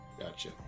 Gotcha